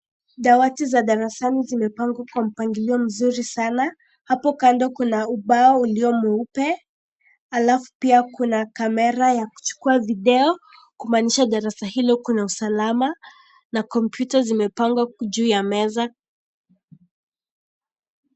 Dawati za darasani zimepangwa kwa mpangilio mzuri sana, hapo kando kuna ubao ulio mweupe, halafu pia kuna kamera ya kuchukua video kumanisha darasa hilo kuna usalama na komputa zimepangwa juu ya meza.